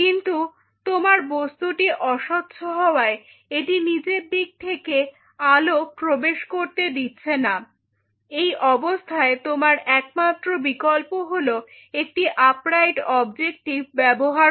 কিন্তু তোমার বস্তুটি অস্বচ্ছ হওয়ায় এটি নিচের দিক থেকে আলো প্রবেশ করতে দিচ্ছে না এই অবস্থায় তোমার একমাত্র বিকল্প হলো একটি আপরাইট অবজেক্টিভ ব্যবহার করা